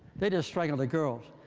they just strangle the girls.